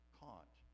caught